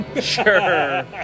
Sure